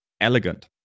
elegant